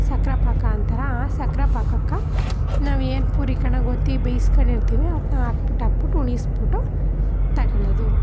ಸಕ್ರೆ ಪಾಕ ಅಂತಾರೆ ಆ ಸಕ್ರೆ ಪಾಕಕ್ಕೆ ನಾವೇನು ಪೂರಿ ಕಣಗೆ ಒತ್ತಿ ಬೇಯಿಸ್ಕೊಂಡಿರ್ತೀವಿ ಅದನ್ನ ಹಾಕ್ಬಿಟ್ಟು ಹಾಕ್ಬಿಟ್ಟು ಉಣಿಸ್ಬಿಟ್ಟು ತಗೊಳ್ಳೋದು